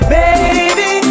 baby